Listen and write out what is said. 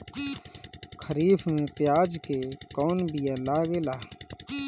खरीफ में प्याज के कौन बीया लागेला?